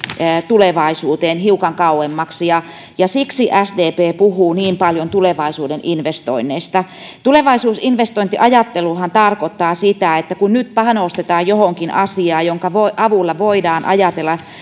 tulevaisuuteen hiukan kauemmaksi siksi sdp puhuu niin paljon tulevaisuuden investoinneista tulevaisuusinvestointiajatteluhan tarkoittaa sitä että kun nyt panostetaan johonkin asiaan jonka avulla voidaan ajatella